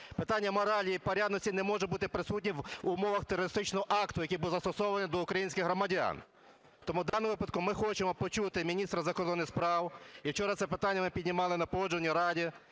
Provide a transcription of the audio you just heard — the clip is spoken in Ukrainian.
Питання моралі і порядності не може бути присутнім в умовах терористичного акту, який був застосований до українських громадян. Тому в даному випадку ми хочемо почути міністра закордонних справ. І вчора це питання ми піднімали на Погоджувальній раді,